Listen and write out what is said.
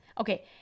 okay